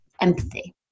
empathy